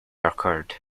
occurred